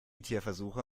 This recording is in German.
tierversuche